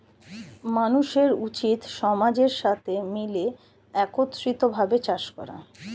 মানুষের উচিত সমাজের সাথে মিলে একত্রিত ভাবে চাষ করা